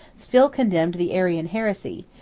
still condemned the arian heresy,